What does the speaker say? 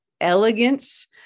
elegance